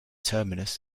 terminus